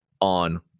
on